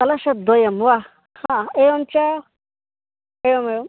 कलशद्वयं वा हा एवं च एवमेवं